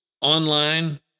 online